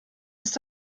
ist